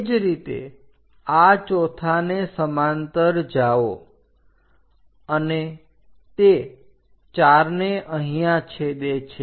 તે જ રીતે આ ચોથાને સમાંતર જાઓ અને તે 4 ને અહીંયા છેદે છે